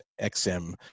XM